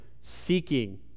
seeking